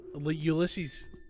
Ulysses